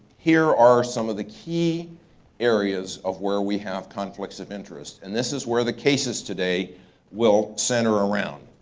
here are some of the key areas of where we have conflicts of interest. and this is where the cases today will center around.